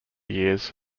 years